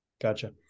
Gotcha